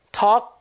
talk